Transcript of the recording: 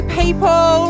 people